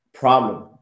problem